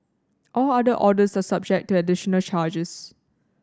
all other orders are subject to additional charges